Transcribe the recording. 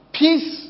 peace